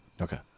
Okay